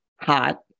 Hot